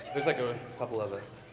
there's like a couple of us.